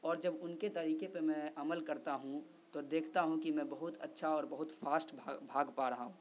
اور جب ان کے طریقے پہ میں عمل کرتا ہوں تو دیکھتا ہوں کہ میں بہت اچھا اور بہت فاسٹ بھاگ بھاگ پا رہا ہوں